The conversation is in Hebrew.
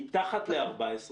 מתחת לגיל 14,